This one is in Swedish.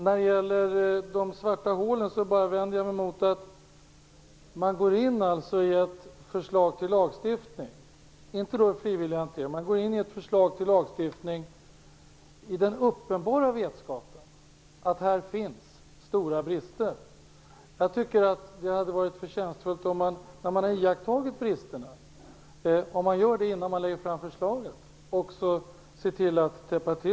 När det gäller de svarta hålen vill jag bara säga att jag vänder mig mot att man tar fram ett förslag till lagstiftning - inte en frivillig hantering - med den uppenbara vetskapen att det finns stora brister. Jag tycker att det hade varit förtjänstfullt, när man hade iakttagit bristerna, om man också hade gjort något åt dem - om man såg bristerna innan man lade fram förslaget.